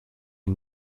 est